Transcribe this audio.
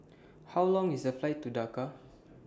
How Long IS The Flight to Dhaka